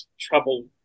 trouble